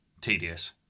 tedious